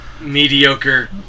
mediocre